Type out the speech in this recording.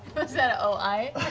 that o i?